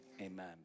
amen